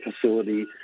facility